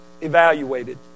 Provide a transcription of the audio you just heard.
evaluated